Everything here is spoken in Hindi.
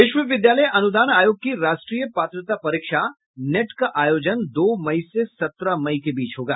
विश्वविद्यालय अनुदान आयोग की राष्ट्रीय पात्रता परीक्षा नेट का आयोजन दो मई से सत्रह मई के बीच होगा